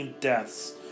deaths